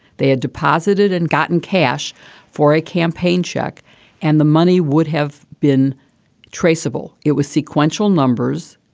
they had deposited and gotten cash for a campaign check and the money would have been traceable. it was sequential numbers.